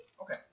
Okay